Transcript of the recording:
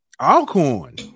Alcorn